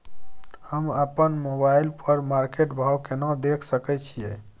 हम अपन मोबाइल पर मार्केट भाव केना देख सकै छिये?